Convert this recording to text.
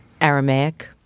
Aramaic